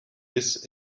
this